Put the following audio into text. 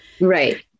Right